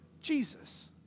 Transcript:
Jesus